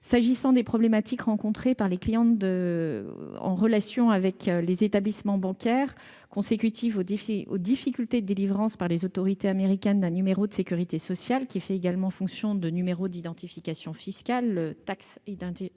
S'agissant des problématiques rencontrées par les clients de nationalité américaine dans leurs relations avec les établissements bancaires, consécutives aux difficultés de délivrance, par les autorités américaines, d'un numéro de sécurité sociale qui fait également fonction de numéro d'identification fiscale- le (TIN) -,